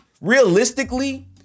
Realistically